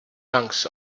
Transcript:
lungs